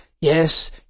Yes